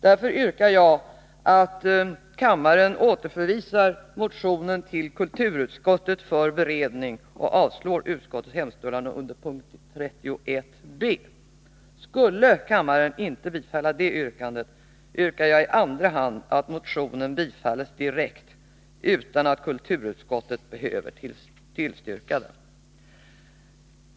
Jag yrkar därför att kammaren återförvisar motionen till kulturutskottet för beredning och avslår utskottets hemställan under punkt 31b. Skulle kammaren inte bifalla det yrkandet, yrkar jag i andra hand att motionen bifalles direkt utan att kulturutskottet behöver tillstyrka den.